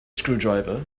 screwdriver